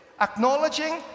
acknowledging